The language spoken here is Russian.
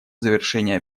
завершения